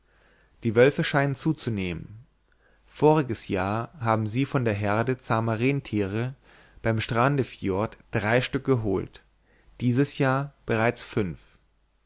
die wölfe scheinen zuzunehmen voriges jahr haben sie von der herde zahmer renntiere beim strandefjord drei stück geholt dieses jahr bereits fünf